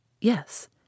Yes